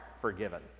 forgiven